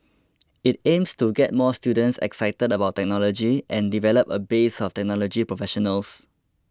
it aims to get more students excited about technology and develop a base of technology professionals